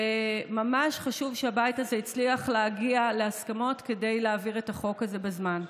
וממש חשוב שהבית הזה הצליח להגיע להסכמות כדי להעביר את החוק הזה בזמן.